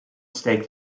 steekt